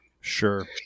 sure